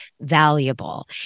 valuable